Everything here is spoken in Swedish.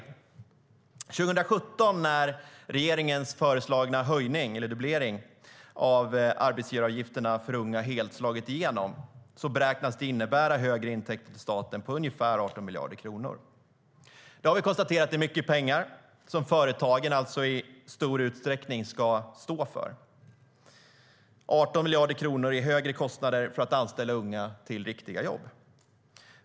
När den helt slagit igenom 2017 beräknas regeringens föreslagna höjning, eller dubblering, av arbetsgivaravgifterna för unga innebära högre intäkter till staten på ungefär 18 miljarder kronor. Det har vi konstaterat är mycket pengar, som det alltså i stor utsträckning är företagen som ska stå för - 18 miljarder kronor i högre kostnader för att anställa unga till riktiga jobb.